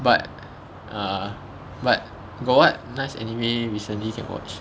but uh but got what nice anime recently can watch